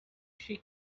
she